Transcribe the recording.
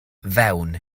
fewn